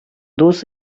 дус